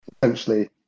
potentially